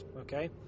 Okay